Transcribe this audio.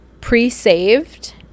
pre-saved